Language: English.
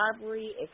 Robbery